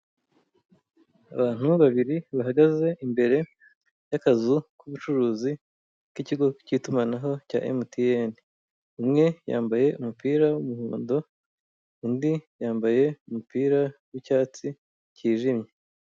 Abantu babiri bahagaze imbere y'akazu k'ubucuruzi k'ikigo cy'itumanaho cya MTN, umwe yambaye umupira w'umuhondo undi yambaye umupira w'icyatsi cyijimye.